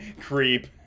creep